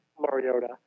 Mariota